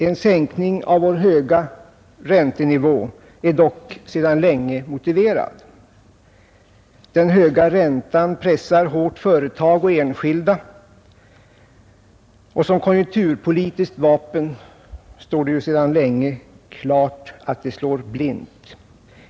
En sänkning av vår höga räntenivå är dock sedan länge motiverad. Den höga räntan pressar företag och enskilda hårt, och som konjunkturpolitiskt vapen står det sedan länge klart att den slår blint.